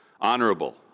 honorable